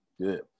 good